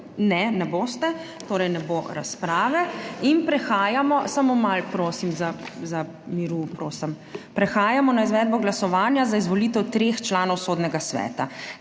Ne, ne boste, torej ne bo razprave. Prehajamo … Samo malo, prosim za mir, prosim. Prehajamo na izvedbo glasovanja za izvolitev treh članov Sodnega sveta.